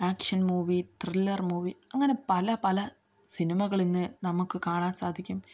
action movie thriller movie അങ്ങനെ പല പല സിനിമകളിന്ന് നമുക്ക് കാണാൻ സാധിക്കും